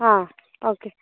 ആ ഓക്കേ